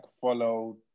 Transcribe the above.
follow